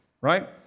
right